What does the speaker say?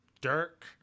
Dirk